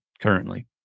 currently